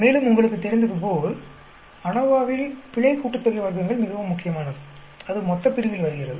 மேலும் உங்களுக்கு தெரிந்ததுபோல் அநோவாவில் பிழை கூட்டுத்தொகை வர்க்கங்கள் மிகவும் முக்கியமானது அது மொத்தப்பிரிவில் வருகிறது